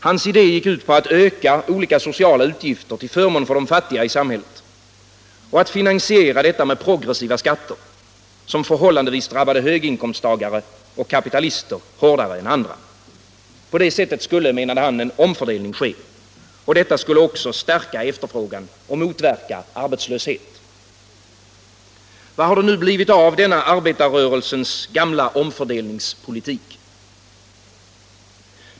Hans idé gick ut på att öka olika sociala utgifter till förmån för de fattiga i samhället och att finansiera detta med progressiva skatter, som förhållandevis drabbade höginkomsttagare och kapitalister hårdare än andra. På det sättet skulle, menade han, en omfördelning ske. Detta skulle också stärka efterfrågan och motverka arbetslöshet. Vad har det nu blivit av denna arbetarrörelsens gamla omfördelningspolitik?